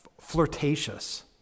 flirtatious